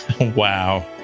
Wow